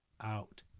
out